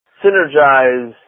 synergize